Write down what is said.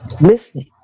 listening